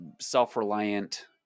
self-reliant